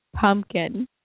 Pumpkin